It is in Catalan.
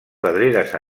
pedreres